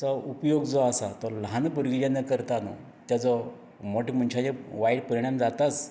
चो उपयोग जो आसा तो ल्हान भुरगीं जेन्ना करता न्हय ताजो मोठ्यां मनशांचेर वायट परिणाम जाताच